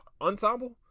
ensemble